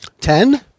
Ten